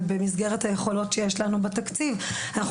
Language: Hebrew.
ובמסגרת היכולות שיש לנו בתקציב אנחנו